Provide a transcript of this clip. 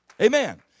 Amen